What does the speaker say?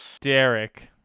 Derek